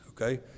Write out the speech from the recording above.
okay